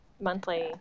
monthly